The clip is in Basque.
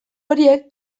horiek